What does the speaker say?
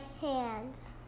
hands